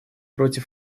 против